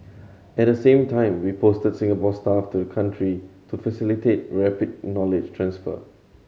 at the same time we posted Singapore staff to country to facilitate rapid knowledge transfer